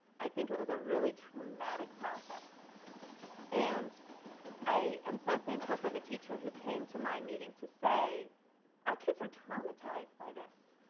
i think it was a really traumatic process and i am so thankful for the teacher who came to my meeting to say our kids are traumatized by this.